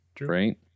right